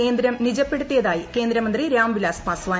കേന്ദ്രം നിജപ്പെടുത്തിയതായി കേന്ദ്രമന്ത്രി രാംവിലാസ് പാസ്വാൻ